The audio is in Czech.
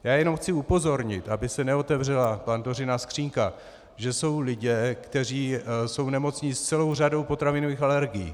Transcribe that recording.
Já jenom chci upozornit, aby se neotevřela Pandořina skříňka, že jsou lidé, kteří jsou nemocní s celou řadou potravinových alergií.